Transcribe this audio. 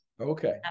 okay